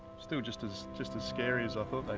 still just as just as scary as i thought